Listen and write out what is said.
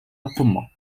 القمة